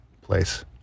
place